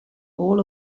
all